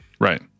right